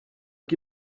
qui